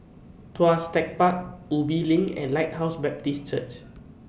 Tuas Tech Park Ubi LINK and Lighthouse Baptist Church